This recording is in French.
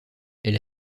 elle